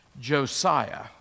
Josiah